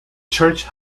church